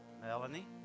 Melanie